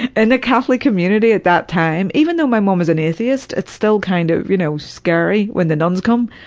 and the catholic community at that time, even though my mum was and atheist, it's still kind of, you know, scary when the nuns come.